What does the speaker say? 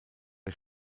der